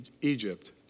Egypt